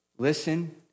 Listen